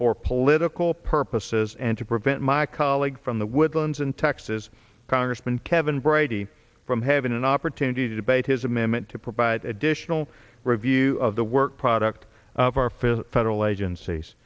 for political purposes and to prevent my colleague from the woodlands and texas congressman kevin brady from having an opportunity to debate his amendment to provide additional review of the work product of our fifth federal agencies